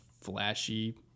flashy